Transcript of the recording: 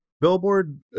billboard